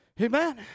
Amen